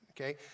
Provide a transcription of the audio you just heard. okay